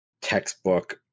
textbook